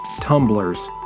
Tumblers